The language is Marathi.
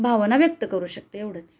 भावना व्यक्त करू शकते एवढंच